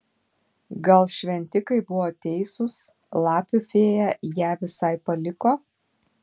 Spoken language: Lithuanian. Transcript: gal šventikai buvo teisūs lapių fėja ją visai paliko